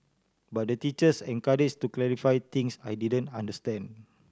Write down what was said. but the teachers encourages to clarify things I didn't understand